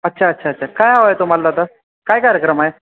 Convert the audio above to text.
अच्छा अच्छा अच्छा काय हवं आहे तुम्हाला तर काय कार्यक्रम आहे